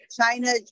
china